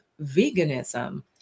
veganism